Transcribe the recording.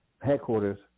headquarters